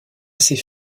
assez